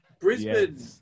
Brisbane